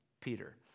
Peter